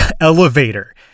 elevator